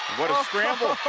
what a scramble.